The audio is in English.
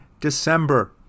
December